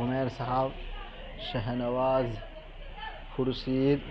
عمیر صاحب شہن آواز خرسیید